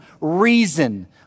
reason